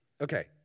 Okay